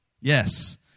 Yes